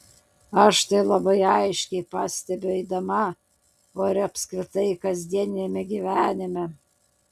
aš tai labai aiškiai pastebiu eidama o ir apskritai kasdieniame gyvenime